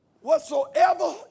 whatsoever